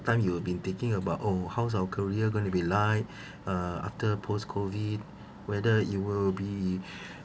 time you will been taking about oh how's our career going to be like uh after post COVID whether you will be